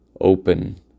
open